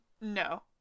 No